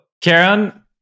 Karen